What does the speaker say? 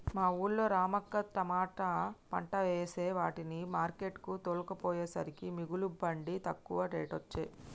మా వూళ్ళో రమక్క తమాట పంట వేసే వాటిని మార్కెట్ కు తోల్కపోయేసరికే మిగుల పండి తక్కువ రేటొచ్చె